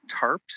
tarps